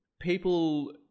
people